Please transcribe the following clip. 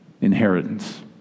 Inheritance